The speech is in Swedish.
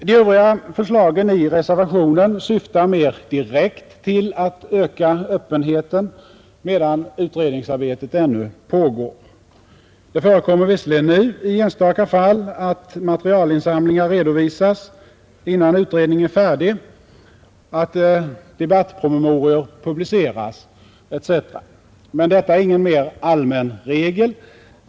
De övriga förslagen i reservationen syftar mer direkt till att öka öppenheten medan utredningsarbetet ännu pågår. Det förekommer visserligen redan nu i enstaka fall att materialinsamlingar redovisas innan utredningen är färdig, att debattpromemorior publiceras etc. Men detta är ingen mer allmän regel.